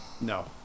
No